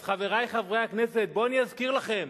אז, חברי חברי הכנסת, בואו אני אזכיר לכם: